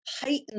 heightened